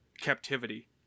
captivity